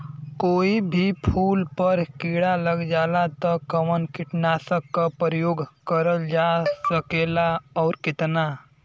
कोई भी फूल पर कीड़ा लग जाला त कवन कीटनाशक क प्रयोग करल जा सकेला और कितना?